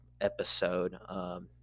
episode